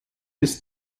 ist